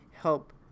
help